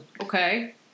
Okay